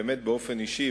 באופן אישי,